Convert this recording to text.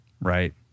right